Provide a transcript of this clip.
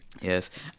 Yes